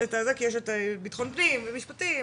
כי יש את ביטחון פנים ומשפטים,